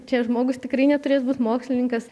čia žmogus tikrai neturės būt mokslininkas